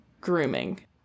grooming